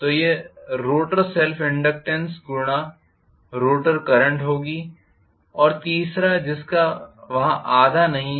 तो यह rotor self inductance गुणा रोटर करंट होगी और तीसरा जिसका वहाँ आधा नहीं है